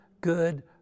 good